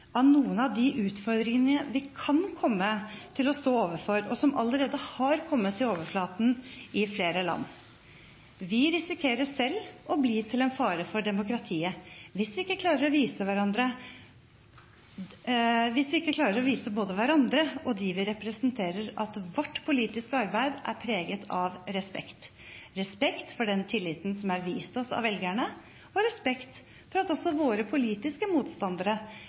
av noen av de utfordringene vi kan komme til å stå overfor, og som allerede har kommet til overflaten i flere land. Vi risikerer selv å bli til en fare for demokratiet hvis vi ikke klarer å vise både hverandre og de vi representerer, at vårt politiske arbeid er preget av respekt – respekt for den tilliten som er vist oss fra velgerne, og respekt for at også våre politiske motstandere